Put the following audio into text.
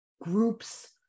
groups